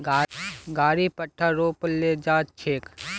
गाड़ी पट्टा रो पर ले जा छेक